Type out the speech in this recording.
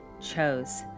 chose